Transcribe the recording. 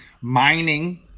mining